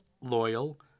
loyal